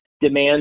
demand